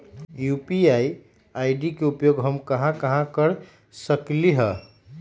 UPI ID के उपयोग हम कहां कहां कर सकली ह?